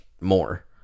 more